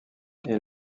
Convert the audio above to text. est